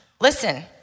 Listen